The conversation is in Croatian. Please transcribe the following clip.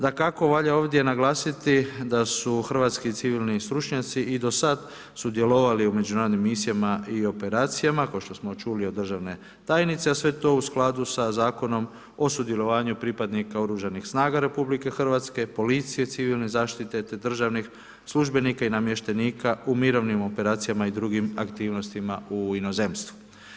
Dakako valja ovdje naglasiti da su hrvatski civilni stručnjaci i do sada sudjelovali u međunarodnim misijama i operacijama kao što smo čuli od državne tajnice, a sve to u skladu sa Zakonom o sudjelovanju pripadnika Oružanih snaga Republike Hrvatske, policije, civilne zaštite te državnih službenika i namještenika u mirovnim operacijama i drugim aktivnostima u inozemstvu.